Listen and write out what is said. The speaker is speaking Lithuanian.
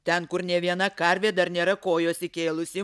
ten kur nė viena karvė dar nėra kojos įkėlusi